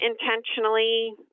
intentionally